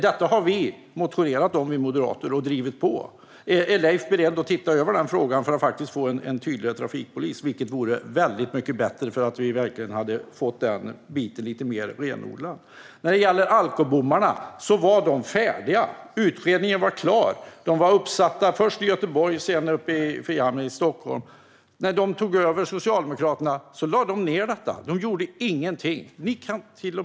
Detta har vi moderater motionerat om och drivit på för. Är Leif beredd att titta på detta för att få en tydligare trafikpolis? Det skulle verkligen vara bättre om vi kunde få den funktionen mer renodlad. Alkobommarna var färdiga att tas i bruk. Utredningen var klar, och bommarna var uppsatta, först i Göteborg, sedan i Frihamnen i Stockholm. Men när Socialdemokraterna tog över lade de ned detta. De gjorde ingenting.